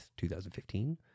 2015